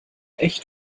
echt